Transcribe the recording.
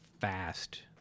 fast